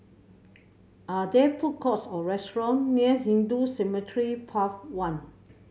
are there food courts or restaurant near Hindu Cemetery Path One